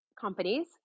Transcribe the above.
companies